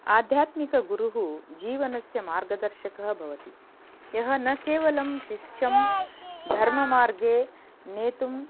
आध्यात्मिकगुरुः जीवनस्य मार्गदर्शकः भवति यः न केवलं शिष्यं धर्ममार्गे नेतुम्